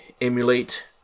emulate